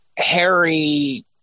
Harry